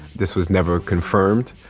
this was never confirmed,